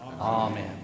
Amen